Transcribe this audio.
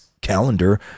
calendar